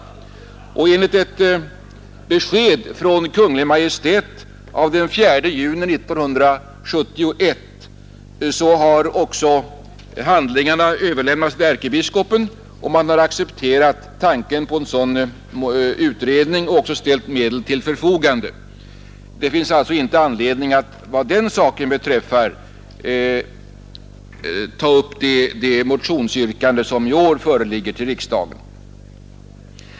Enligt ett besked från Kungl. Maj:t av den 4 juni 1971 har också handlingarna överlämnats till ärkebiskopen, och man har accepterat tanken på en sådan utredning och också ställt medel till förfogande. Det finns alltså inte anledning att vad den saken beträffar ta upp det motionsyrkande som i år förelagts riksdagen.